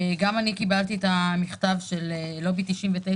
גם אני קיבלתי את המכתב של לובי 99,